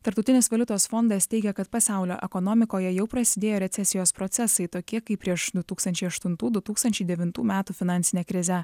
tarptautinis valiutos fondas teigia kad pasaulio ekonomikoje jau prasidėjo recesijos procesai tokie kaip prieš du tūkstančiai aštuntų du tūkstančiai devintų metų finansinę krizę